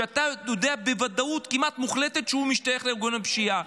כשאתה יודע בוודאות כמעט מוחלטת שהוא משתייך לארגון הפשיעה.